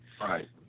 Right